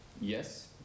yes